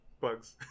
bugs